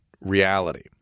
reality